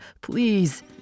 please